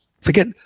forget